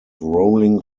rolling